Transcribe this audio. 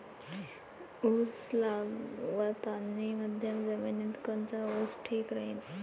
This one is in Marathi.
उस लावतानी मध्यम जमिनीत कोनचा ऊस ठीक राहीन?